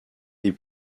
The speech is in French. des